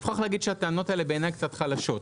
מוכרח להגיד שהטענות האלה בעיני קצת חלשות,